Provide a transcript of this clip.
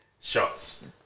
shots